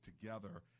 together